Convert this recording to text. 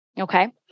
okay